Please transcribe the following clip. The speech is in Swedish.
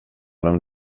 dem